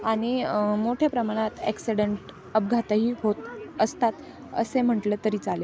आणि मोठ्या प्रमाणात ॲक्सिडेंट अपघातही होत असतात असे म्हटलं तरी चालेल